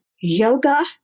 yoga